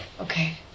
Okay